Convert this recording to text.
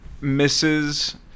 misses